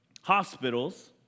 hospitals